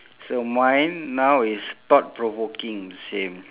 so mine now is thought provoking same